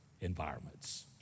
environments